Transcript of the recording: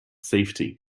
safety